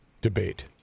debate